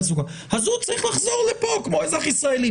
תעסוקה - אז הוא צריך לחזור לכאן כמו אזרח ישראלי.